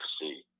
see